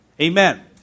Amen